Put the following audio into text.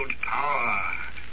power